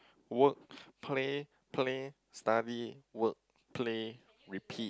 work play play study work play repeat